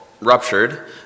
ruptured